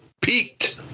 peaked